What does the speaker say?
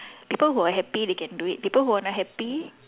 people who are happy they can do it people who are not happy